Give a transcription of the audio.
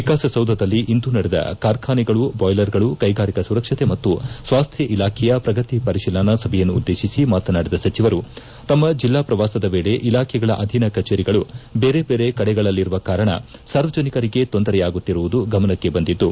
ವಿಕಾಸೌಧದಲ್ಲಿಂದು ನಡೆದ ಕಾರ್ಖಾನೆಗಳು ಬಾಯ್ಲರ್ಗಳು ಕೈಗಾರಿಕಾ ಸುರಕ್ಷತೆ ಮತ್ತು ಸ್ವಾಸ್ಟ್ಯ ಇಲಾಖೆಯ ಪ್ರಗತಿ ಪರಿಶೀಲನಾ ಸಭೆಯನ್ನು ಉದ್ದೇತಿಸಿ ಮಾತನಾಡಿದ ಸಚಿವರು ತಮ್ಮ ಜಿಲ್ಲಾ ಪ್ರವಾಸದ ವೇಳೆ ಇಲಾಖೆಗಳ ಅಧೀನ ಕಚೇರಿಗಳು ಬೇರೆ ಬೇರೆ ಕಡೆಗಳಲ್ಲಿರುವ ಕಾರಣ ಸಾರ್ವಜನಿಕರಿಗೆ ತೊಂದರೆಯಾಗುತ್ತಿರುವುದು ಗಮನಕ್ಕೆ ಬಂದಿದ್ದು